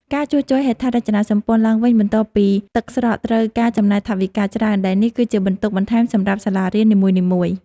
ការជួសជុលហេដ្ឋារចនាសម្ព័ន្ធឡើងវិញបន្ទាប់ពីទឹកស្រក ត្រូវការចំណាយថវិកាច្រើន ដែលនេះ គឺជាបន្ទុកបន្ថែមសម្រាប់សាលារៀននីមួយៗ។